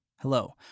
Hello